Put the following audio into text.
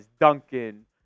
Duncan